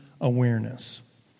awareness